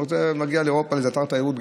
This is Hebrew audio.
הוא מגיע לאירופה לאיזה אתר תיירות,